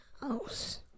house